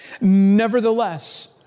nevertheless